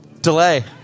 Delay